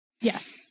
Yes